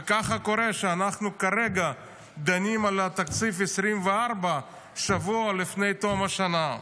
וככה קורה שאנחנו דנים כרגע על תקציב 2024 שבוע לפני תום השנה.